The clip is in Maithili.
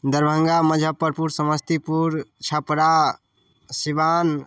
दरभंगा मुजफ्फरपुर समस्तीपुर छपरा सीवान